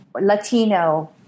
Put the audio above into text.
Latino